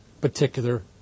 particular